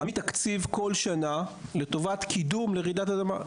להעמיד תקציב בכל שנה לטובת קידום בעניין רעידת אדמה.